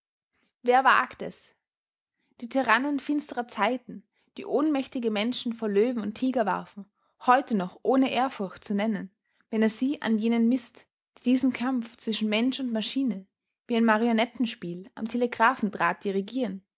wer wagt es die tyrannen finsterer zeiten die ohnmächtige menschen vor löwen und tiger warfen heute noch ohne ehrfurcht zu nennen wenn er sie an jenen mißt die diesen kampf zwischen mensch und maschine wie ein marionettenspiel am telegraphendraht dirigieren